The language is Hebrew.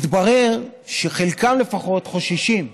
מתברר שחלקם, לפחות, חוששים.